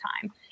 time